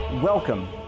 Welcome